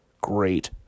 Great